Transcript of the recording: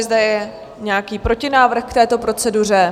Je nějaký protinávrh k této proceduře?